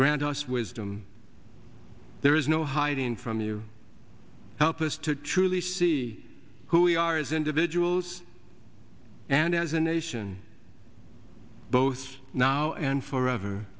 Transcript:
us wisdom there is no hiding from you help us to truly see who we are as individuals and as a nation both now and forever